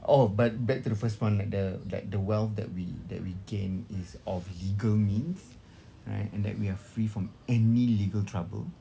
oh but back to the first one like the like the wealth that we that we gain is of legal means right in that we are free from any legal trouble